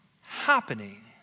happening